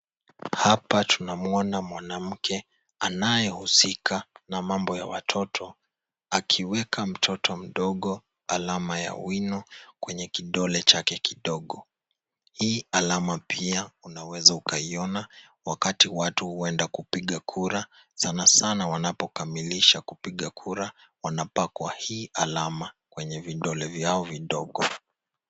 Hapa tunamwona mwanamke anayehusika na mambo ya watoto, akiweka mtoto mdogo alama ya wino kwenye kidole chake kidogo. Hii alama pia unaweza ukaiona wakati watu huenda kupiga kura, sana sana wanapokamilisha kupiga kura wanapakwa hii alama kwenye vidole vyao vidogo.